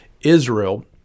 Israel